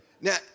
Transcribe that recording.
Now